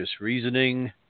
reasoning